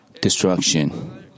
destruction